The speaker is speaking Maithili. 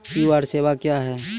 क्यू.आर सेवा क्या हैं?